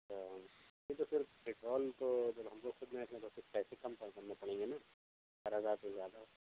اچھا نہیں تو پھر پٹرول تو جب ہم لوگ خود تو پھر پیسے کم کرنے پڑیں گے نا چار ہزار تو زیادہ ہو